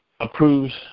approves